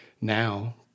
now